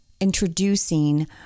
Introducing